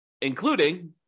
including